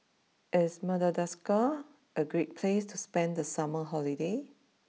is Madagascar a Great place to spend the summer holiday